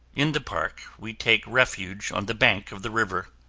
in the park, we take refuge on the bank of the river.